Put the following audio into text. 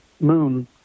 moon